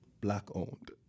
Black-owned